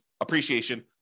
appreciation